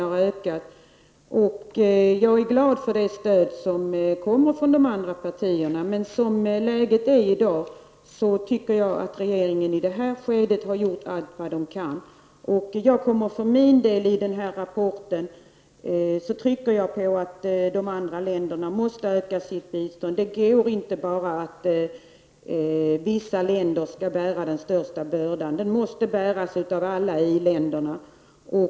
Jag är glad över det stöd som kommer från andra partier. Men med tanke på läget i dag tycker jag att regeringen i det här skedet har gjort allt som varit möjligt att göra. I nämnda rapport trycker jag på detta med att det är viktigt att andra länder ökar sitt bistånd. Det får ju inte vara så, att enbart vissa länder skall bära den stora bördan. Alla i-länder måste delta i det sammanhanget.